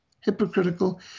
hypocritical